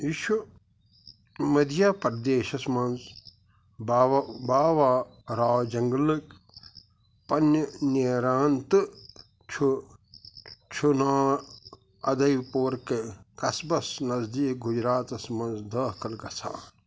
یہِ چھُ مدھیہ پردیشَس منٛز بھاوا بھاوا راو جنگلٕکۍ پنٛنہِ نٮ۪ران تہٕ چھُ چھُنا اَدَے پوٗر کے قصبس نزدیٖک گُجراتَس منٛز دٲخٕل گژھان